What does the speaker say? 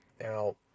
Now